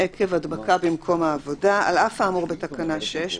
עקב הדבקה במקום העבודה 7. על אף האמור בתקנה 6,